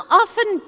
often